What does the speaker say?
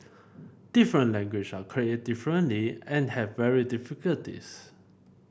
different language are created differently and have varying difficulties